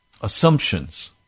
assumptions